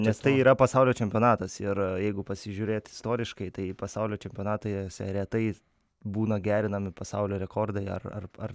nes tai yra pasaulio čempionatas ir jeigu pasižiūrėt istoriškai tai pasaulio čempionatai retai būna gerinami pasaulio rekordai ar ar ar